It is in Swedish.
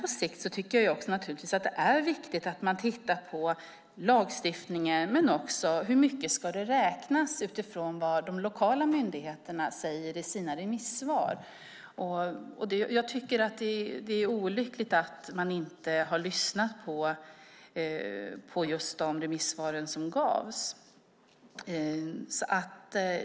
På sikt tycker jag naturligtvis också att det är viktigt att man tittar på lagstiftningen och på hur mycket det de lokala myndigheterna säger i sina remissvar ska räknas. Jag tycker att det är olyckligt att man inte har lyssnat på de remissvar som gavs.